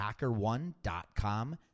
hackerone.com